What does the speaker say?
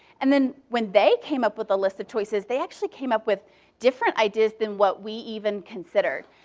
and then when they came up with a list of choices, they actually came up with different ideas then what we even considered.